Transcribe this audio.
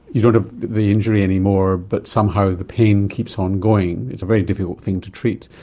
you don't have the injury anymore, but somehow the pain keeps on going. it's a very difficult thing to treat.